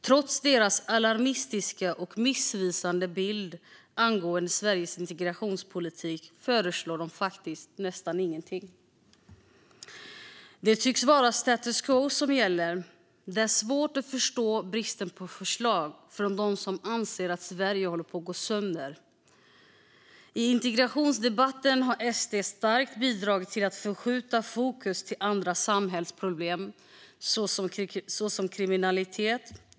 Trots deras alarmistiska och missvisande bild av Sveriges integrationspolitik föreslår de faktiskt nästan ingenting. Det tycks vara status quo som gäller. Det är svårt att förstå bristen på förslag från dem som anser att Sverige håller på att gå sönder. I integrationsdebatten har SD starkt bidragit till att förskjuta fokus till andra samhällsproblem, såsom kriminalitet.